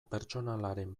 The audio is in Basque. pertsonalaren